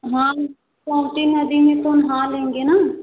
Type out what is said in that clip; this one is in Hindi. हम पहुँचे नदी में तो नहा लेंगे ना